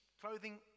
clothing